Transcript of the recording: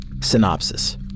Synopsis